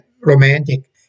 romantic